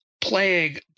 playing